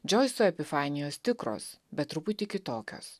džoiso epifanijos tikros bet truputį kitokios